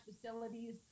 facilities